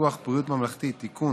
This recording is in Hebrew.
ביטוח בריאות ממלכתי (תיקון,